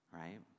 right